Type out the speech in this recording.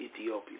Ethiopia